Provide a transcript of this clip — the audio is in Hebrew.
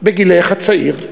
בגילך הצעיר,